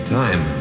time